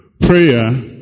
Prayer